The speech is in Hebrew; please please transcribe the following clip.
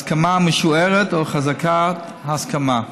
הסכמה משוערת או חזקת הסכמה,